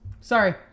sorry